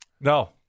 No